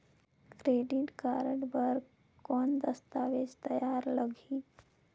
Credit card बर कौन दस्तावेज तैयार लगही?